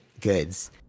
goods